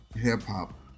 hip-hop